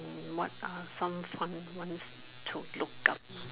mm what are some fun ones to look up